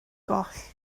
goll